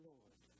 Lord